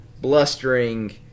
blustering